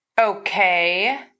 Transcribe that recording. Okay